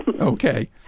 Okay